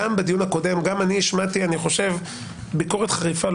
בדיון הקודם גם אני השמעתי ביקורת חריפה,